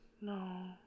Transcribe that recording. No